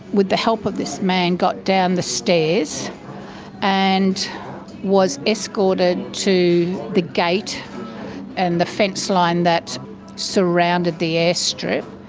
with the help of this man, got down the stairs and was escorted to the gate and the fenceline that surrounded the airstrip,